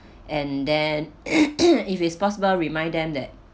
and then if it's possible remind them that